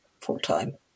full-time